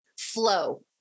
flow